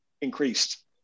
increased